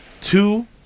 two